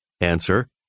Answer